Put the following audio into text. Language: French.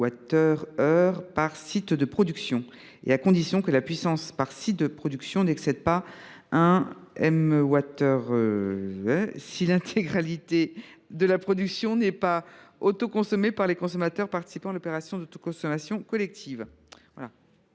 par site de production. D’autre part, c’est à condition que la puissance par site de production n’excède pas 1 mégawatt crête (MWc) si l’intégralité de la production n’est pas autoconsommée par les consommateurs participant à l’opération d’autoconsommation collective. Quel